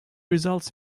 results